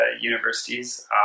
universities